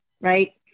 right